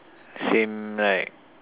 same like